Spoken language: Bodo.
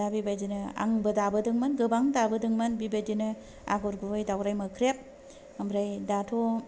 दा बेबायदिनो आंबो दाबोदोंमोन गोबां दाबोदोंमोन बेबायदिनो आगर गुबै दावराइ मोख्रेब आमफ्राय दाथ'